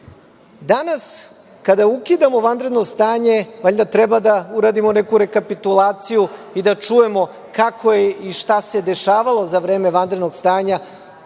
heroji. Danas, kada ukidamo vanredno stanje, valjda treba da uradimo neku rekapitulaciju i da čujemo kako se i šta se dešavalo za vreme vanrednog stanja,